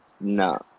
no